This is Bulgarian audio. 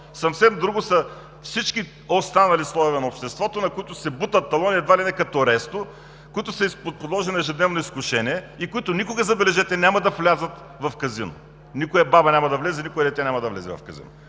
Съвсем друго са всички останали слоеве на обществото, на които се бутат талони, едва ли не като ресто, които са подложени на ежедневно изкушение и които никога, забележете, няма да влязат в казино. Никоя баба, никое дете няма да влязат в казино.